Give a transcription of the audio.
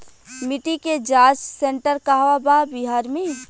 मिटी के जाच सेन्टर कहवा बा बिहार में?